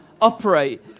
operate